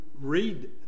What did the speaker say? read